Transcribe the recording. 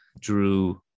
drew